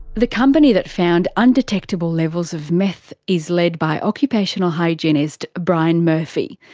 the company that found undetectable levels of meth is led by occupational hygienist brian murphy.